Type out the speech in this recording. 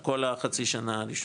על כל החצי שנה הראשונה,